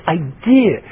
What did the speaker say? idea